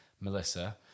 Melissa